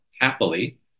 happily